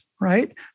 right